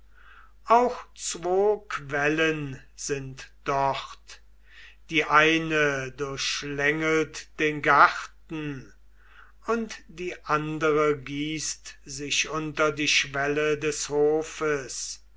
auch zwo quellen sind dort die eine durchschlängelt den garten und die andere gießt sich unter die schwelle des hofes